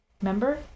remember